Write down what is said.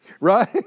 Right